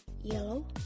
Yellow